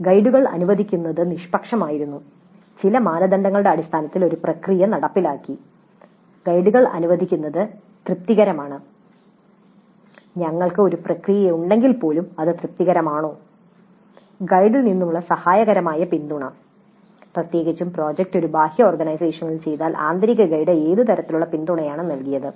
" "ഗൈഡുകൾ അനുവദിക്കുന്നത് നിഷ്പക്ഷമായിരുന്നു" ചില മാനദണ്ഡങ്ങളുടെ അടിസ്ഥാനത്തിൽ ഒരു പ്രക്രിയ നടപ്പിലാക്കി "ഗൈഡുകൾ അനുവദിക്കുന്നത് തൃപ്തികരമാണ്" ഞങ്ങൾക്ക് ഒരു പ്രക്രിയയുണ്ടെങ്കിൽപ്പോലും അത് തൃപ്തികരമാണോ "ഗൈഡിൽ നിന്നുള്ള സഹായകരമായ പിന്തുണ" പ്രത്യേകിച്ചും പ്രോജക്റ്റ് ഒരു ബാഹ്യ ഓർഗനൈസേഷനിൽ ചെയ്താൽ ആന്തരിക ഗൈഡ് ഏത് തരത്തിലുള്ള പിന്തുണയാണ് നൽകിയത്